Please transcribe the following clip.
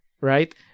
right